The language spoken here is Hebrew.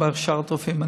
גם בהכשרת רופאים,